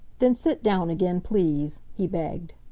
then sit down again, please, he begged.